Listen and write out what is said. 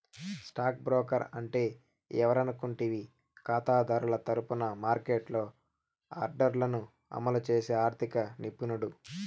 stock broker అంటే ఎవరనుకుంటివి కాతాదారుల తరపున మార్కెట్లో ఆర్డర్లను అమలు చేసి ఆర్థిక నిపుణుడు